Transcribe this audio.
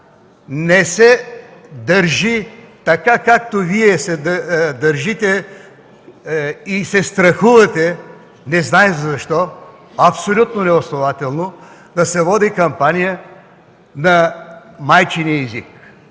не се държат така, както Вие се държите и се страхувате, незнайно защо, абсолютно неоснователно, да се води кампания на майчиния език